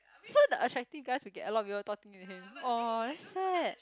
so the attractive guys will get a lot of people talking to him orh damn sad